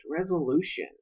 resolution